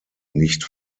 nicht